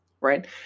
right